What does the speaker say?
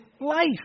life